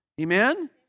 Amen